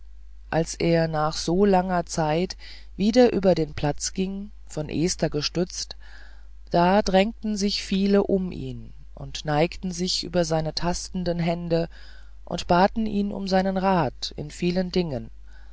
als er nach so langer zeit wieder über den platz ging von esther gestützt da drängten sich viele um ihn und neigten sich über seine tastenden hände und baten ihn um seinen rat in vielen dingen